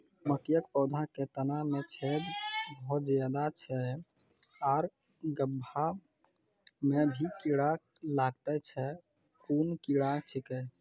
मकयक पौधा के तना मे छेद भो जायत छै आर गभ्भा मे भी कीड़ा लागतै छै कून कीड़ा छियै?